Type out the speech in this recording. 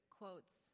quotes